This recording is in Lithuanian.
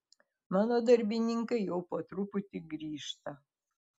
mano darbininkai jau po truputį grįžta